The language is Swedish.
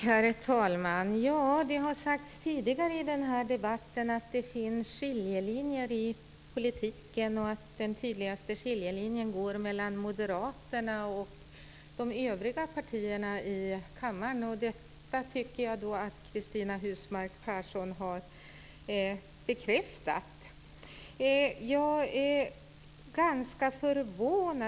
Herr talman! Det har sagts tidigare i debatten här att det finns skiljelinjer i politiken och att den tydligaste skiljelinjen går mellan Moderaterna och de övriga partierna i kammaren. Detta tycker jag att Cristina Husmark Pehrsson har bekräftat.